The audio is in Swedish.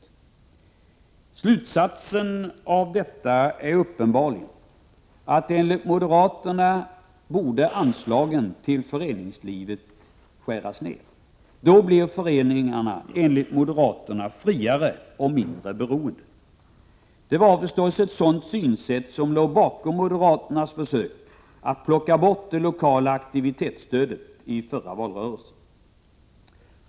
Moderaternas slutsats av detta är uppenbarligen att anslagen till föreningslivet borde skäras ned. Då blir föreningarna enligt moderaterna friare och mindre beroende. Det var naturligtvis ett sådant synsätt som låg bakom moderaternas försök att plocka bort det lokala aktivitetsstödet i förra valrörelsen.